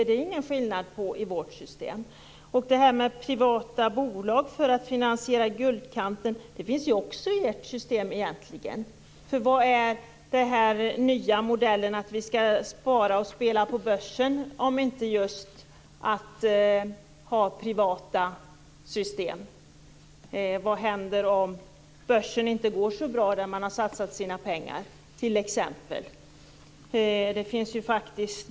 Det är ingen skillnad jämfört med vårt system. Privata bolag för att finansiera guldkanten finns egentligen också i ert system. Vad är den nya modellen att vi skall spela på börsen, om inte just privata system? Vad händer t.ex. om börsen inte går så bra när man har satsat sina pengar?